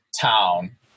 town